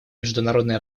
международная